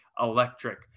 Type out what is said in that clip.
electric